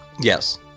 yes